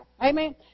Amen